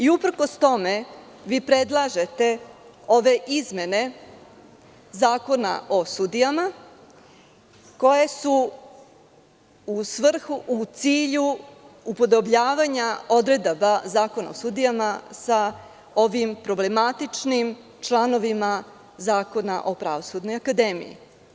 Uprkos tome vi predlažete ove izmene Zakona o sudijama koje su u svrhu, u cilju podobljavanja odredaba Zakona o sudijama sa ovim problematičnim članovima Zakona o Pravosudnoj akademiji.